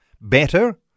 better